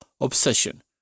Obsession